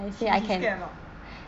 he he scared or not